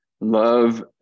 Love